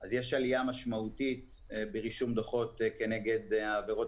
יש עלייה משמעותית ברישום דוחות כנגד העבירות